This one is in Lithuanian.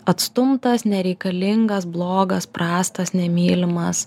atstumtas nereikalingas blogas prastas nemylimas